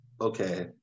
okay